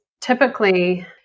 typically